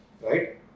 right